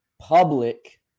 public